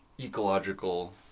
ecological